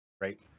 right